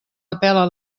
apel·la